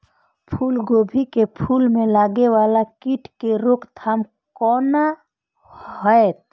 फुल गोभी के फुल में लागे वाला कीट के रोकथाम कौना हैत?